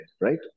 right